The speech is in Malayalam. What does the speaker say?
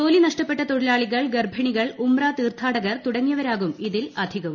ജോലി നഷ്ടപെട്ട തൊഴിലാളികൾ ഗർഭിണികൾ ഉംറ തീർത്ഥാടകർ തുടങ്ങിയവരാകും ഇതിൽ അധികവും